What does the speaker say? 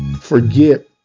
forget